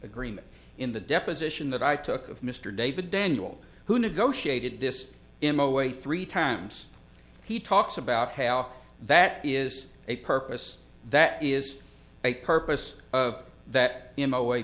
agreement in the deposition that i took of mr david daniel who negotiated this him away three times he talks about how that is a purpose that is a purpose of that in a way